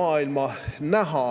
maailma näha.